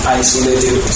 isolated